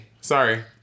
Sorry